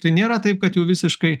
tai nėra taip kad jau visiškai